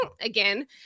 again